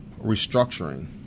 restructuring